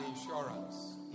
insurance